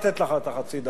עוד חצי דקה.